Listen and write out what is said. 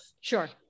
sure